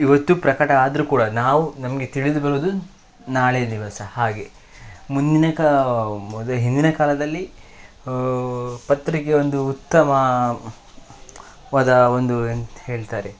ಇವತ್ತು ಪ್ರಕಟ ಆದರೂ ಕೂಡ ನಾವು ನಮಗೆ ತಿಳಿದು ಬರುವುದು ನಾಳೆ ದಿವಸ ಹಾಗೆ ಮುಂದಿನ ಕಾ ಅದು ಹಿಂದಿನ ಕಾಲದಲ್ಲಿ ಪತ್ರಿಕೆ ಒಂದು ಉತ್ತಮವಾದ ಒಂದು ಎಂಥ ಹೇಳ್ತಾರೆ